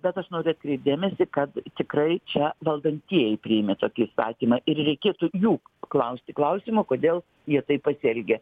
bet aš noriu atkreipt dėmesį kad tikrai čia valdantieji priėmė tokį įstatymą ir reikėtų jų klausti klausimo kodėl jie taip pasielgė